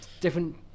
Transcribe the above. Different